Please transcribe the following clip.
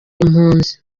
impunzi